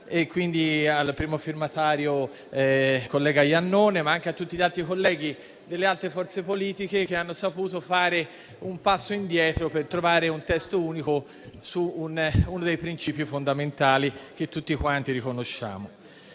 e, quindi, al primo firmatario, senatore Iannone, ma anche a tutti i colleghi delle altre forze politiche che hanno saputo fare un passo indietro per trovare un testo unico su uno dei principi fondamentali che tutti quanti riconosciamo.